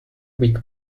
weak